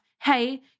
Hey